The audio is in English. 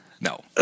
No